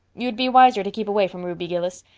you'd be wiser to keep away from ruby gillis.